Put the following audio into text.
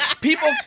People